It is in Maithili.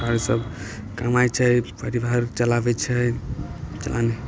आओर सब कमाइ छै परिवार चलाबै छै तहन